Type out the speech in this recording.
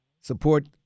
support